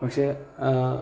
പക്ഷെ